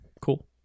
cool